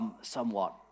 somewhat